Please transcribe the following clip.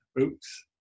Oops